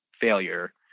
failure